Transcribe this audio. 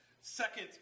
second